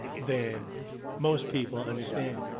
than most people understand,